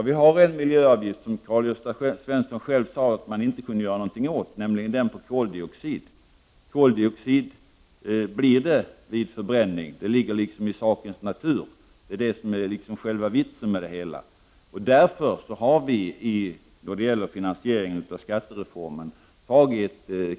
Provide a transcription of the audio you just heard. Vi har en miljöavgift som Karl-Gösta Svenson själv sade att man inte kan göra något åt, nämligen avgiften på koldioxidutsläpp. Koldioxid uppstår vid förbränning. Det ligger i sakens natur, och det är meningen. Därför har vi tagit med koldioxidavgiften som en del av finansieringen av skattereformen.